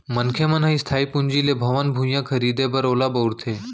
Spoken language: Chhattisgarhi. मनखे मन ह इस्थाई पूंजी ले भवन, भुइयाँ खरीदें बर ओला बउरथे